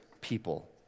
people